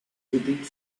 bedingt